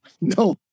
no